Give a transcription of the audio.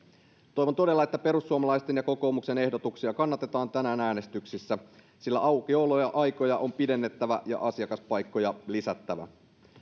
toivon todella että perussuomalaisten ja kokoomuksen ehdotuksia kannatetaan tänään äänestyksissä sillä aukioloaikoja on pidennettävä ja asiakaspaikkoja lisättävä